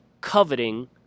coveting